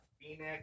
Phoenix